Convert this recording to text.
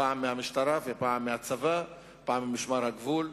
פעם מהמשטרה ופעם מהצבא, פעם ממשמר הגבול.